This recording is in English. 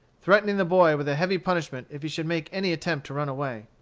threatening the boy with a heavy punishment if he should make any attempt to run away.